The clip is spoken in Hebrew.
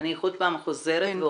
אני עוד פעם חוזרת ואומרת,